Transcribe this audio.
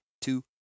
two